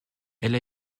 elle